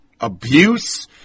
abuse